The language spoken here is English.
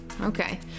Okay